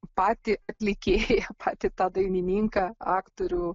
patį atlikėją patį tą dainininką aktorių